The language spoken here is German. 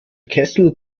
kessel